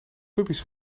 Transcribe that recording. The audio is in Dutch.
puppy’s